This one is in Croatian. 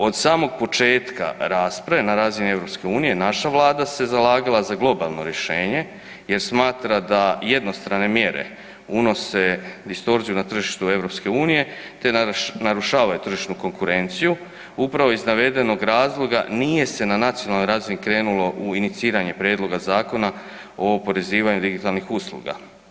Od samog početka rasprave na razini EU naša Vlada se zalagala za globalno rješenje jer smatra da jednostrane mjere unose distorziju na tržištu EU te narušavaju tržišnu konkurenciju, upravo iz navedenog razloga nije se na nacionalnoj razini krenulo u iniciranje prijedloga Zakona o oporezivanju digitalnih usluga.